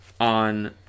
on